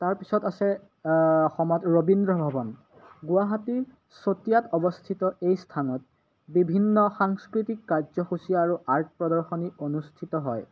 তাৰপিছত আছে অসমত ৰবীন্দ্ৰ ভৱন গুৱাহাটীৰ চতিয়াত অৱস্থিত এই স্থানত বিভিন্ন সাংস্কৃতিক কাৰ্যসূচী আৰু আৰ্ট প্ৰদৰ্শনী অনুষ্ঠিত হয়